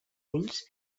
ulls